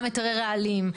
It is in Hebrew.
גם היתרי רעלים,